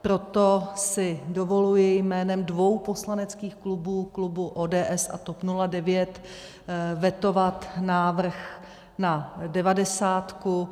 Proto si dovoluji jménem dvou poslaneckých klubů, klubu ODS a TOP 09 vetovat návrh na devadesátku.